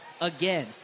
again